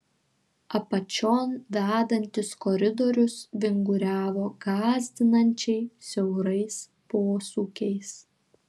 apačion vedantis koridorius vinguriavo gąsdinančiai siaurais posūkiais